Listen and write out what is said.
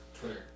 Twitter